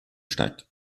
steigt